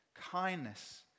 kindness